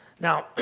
Now